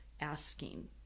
asking